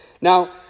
Now